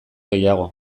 gehiago